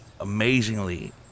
amazingly